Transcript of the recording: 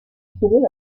succédé